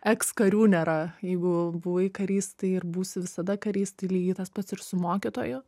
ekskarių nėra jeigu buvai karys tai ir būsi visada karys tai lygiai tas pats ir su mokytoju